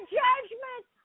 judgment